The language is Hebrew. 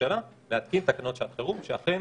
לממשלה להתקין תקנות שעת חירום שאכן